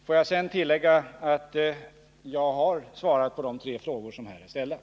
Får jag tillägga att jag har svarat på de tre frågor som här är ställda.